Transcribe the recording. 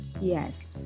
Yes